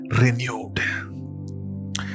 renewed